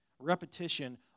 repetition